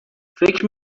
فکر